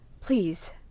please